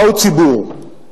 מהו ציבור?